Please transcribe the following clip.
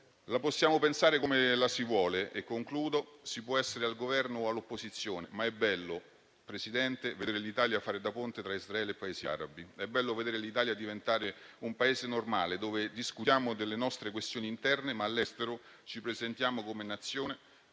Possiamo pensarla come si vuole; si può essere al Governo o all'opposizione, ma è bello, presidente Meloni, vedere l'Italia fare da ponte tra Israele e Paesi arabi. È bello vedere l'Italia diventare un Paese normale, dove discutiamo delle nostre questioni interne, ma all'estero ci presentiamo come nazione,